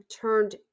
turned